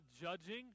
judging